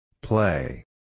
Play